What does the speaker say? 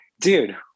dude